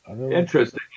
Interesting